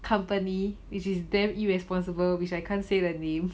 company which is damn irresponsible which I can't say the name